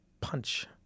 punch